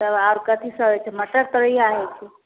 तब आओर कथीसब होइ छै मटर तोरैआ होइ छै